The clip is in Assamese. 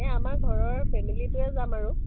এই আমাৰ ঘৰৰ ফেমিলিটোৱে যাম আৰু